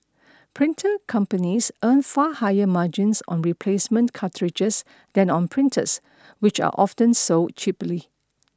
printer companies earn far higher margins on replacement cartridges than on printers which are often sold cheaply